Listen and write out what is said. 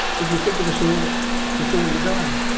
did you think of us all before you died?